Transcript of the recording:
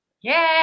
Yay